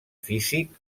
físic